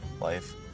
life